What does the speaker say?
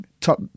top